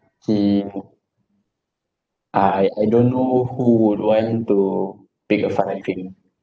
he I I don't know who would want to pick a fight with him